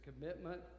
commitment